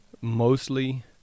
mostly